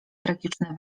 tragiczny